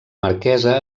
marquesa